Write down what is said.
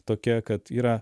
tokia kad yra